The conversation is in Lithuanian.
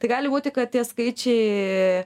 tai gali būti kad tie skaičiai